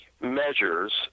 measures